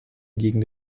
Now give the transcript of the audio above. gegen